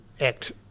act